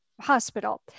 hospital